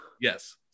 yes